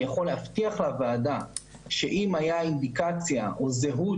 אני יכול להבטיח לוועדה שאם הייתה אינדיקציה או זהות